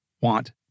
want